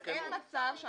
על ההוצאה לפועל ועל המרכז,